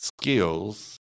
skills